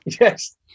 Yes